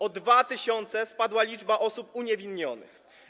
O 2 tys. spadła liczba osób uniewinnionych.